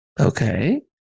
okay